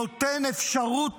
נותן אפשרות